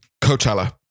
Coachella